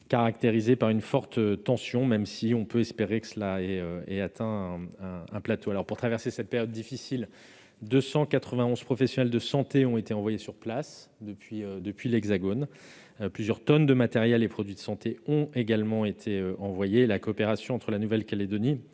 toujours par une forte tension. Nous espérons toutefois qu'un plateau a été atteint. Pour traverser cette période difficile, 291 professionnels de santé ont été envoyés sur place depuis l'Hexagone. Plusieurs tonnes de matériel et de produits de santé ont également été envoyées. La coopération entre la Nouvelle-Calédonie,